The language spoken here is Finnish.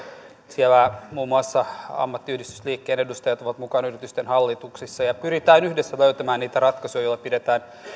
siellä muun muassa ammattiyhdistysliikkeen edustajat ovat mukana yritysten hallituksissa ja pyritään yhdessä löytämään niitä ratkaisuja joilla pidetään